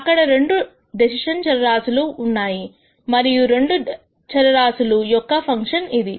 అక్కడ రెండు డెసిషన్ చరరాశులు ఉన్నాయి మరియు రెండు చరరాశుల యొక్క ఫంక్షన్ ఇది